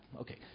Okay